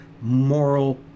moral